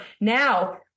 now